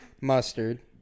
mustard